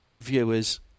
viewers